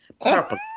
Purple